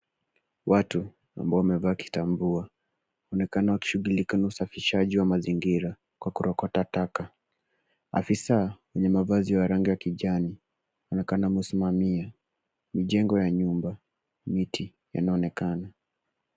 Watu ambao wamevaa kitambua, wanaonekana wakishughulika na usafishaji wa mazingira kwa kurokota taka. Afisa mwenye mavazi ya rangi ya kijani anaonekana amesimamia , mjengo wa nyumba, miti, yanaonekana.